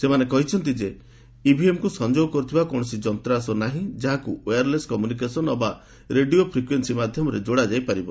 ସେମାନେ ମଧ୍ୟ କିହଚନ୍ତି ଯେ ଇଭିଏମ୍କୁ ସଂଯୋଗ କରୁଥିବା କୌଣସି ଯନ୍ତ୍ରାଂଶ ନାହିଁ ଯାହାକୁ ଓୟାର୍ଲେସ୍ କମ୍ୟୁନିକେସନ୍ ଅବା ରେଡିଓ ଫ୍ରିକ୍ୟୁନ୍ସି ମାଧ୍ୟମରେ ଯୋଡ଼ାଯାଇ ପାରିବ